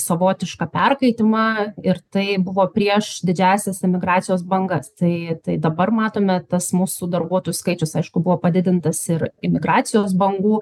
savotišką perkaitimą ir tai buvo prieš didžiąsias emigracijos bangas tai dabar matome tas mūsų darbuotojų skaičius aišku buvo padidintas ir imigracijos bangų